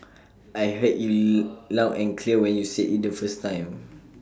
I heard you loud and clear when you said IT the first time